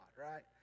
right